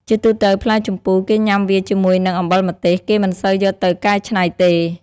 ជាទូទៅផ្លែជម្ពូគេញ៉ាំវាជាមួយនឹង អំបិលម្ទេស គេមិនសូវយកទៅកៃច្នៃទេ។